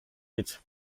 mit